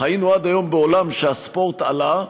חיינו עד היום בעולם שהספורט עלה,